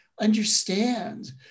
understand